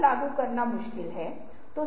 इसे और अधिक रोचक कैसे बनाया जाए